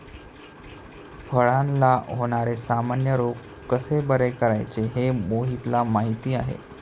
फळांला होणारे सामान्य रोग कसे बरे करायचे हे मोहितला माहीती आहे